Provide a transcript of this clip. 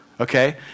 Okay